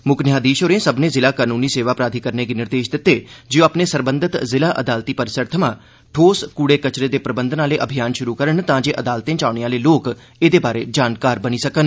मुक्ख न्यायाधीष होरें सब्मनें जिला कानूनी सेवा प्राधिकरणें गी निर्देष दित्ते जे ओह् अपने सरबंधत अदालती परिसरें थमां ठोस कूडे कचरे दे प्रबंधन आह्ले अभियान षुरु करन तांजे अदालतें च औने आह्ले लोक एह्दे बारै जानकार बनी सकन